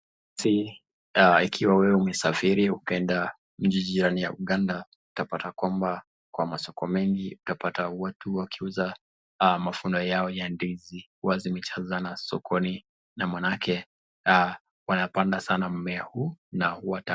Ikiwa wewe umesafiri ukaenda nchi Jirani ya Uganda utapata kwamba kwa masoko mengi utapata watu wakiuza mafuno yao ya ndizi wamejijaza sana sokoni na maanake aa wanapanda sana mumea huu.